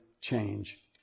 change